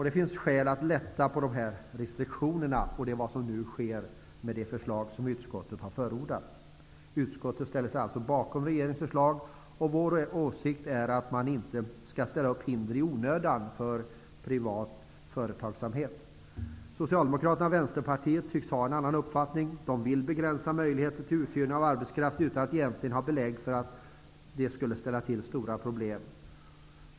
Det finns skäl att lätta på de här restriktionerna, och det är vad som nu sker, genom det förslag som utskottet har förordat. Utskottet ställer sig alltså bakom regeringens förslag. Vår åsikt är att man inte i onödan skall ställa upp hinder för privat företagsamhet. Socialdemokraterna och Vänsterpartiet tycks ha en annan uppfattning. De vill begränsa möjligheterna till uthyrning av arbetskraft utan att egentligen ha belägg för att det skulle ställa till stora problem.